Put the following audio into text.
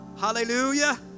Hallelujah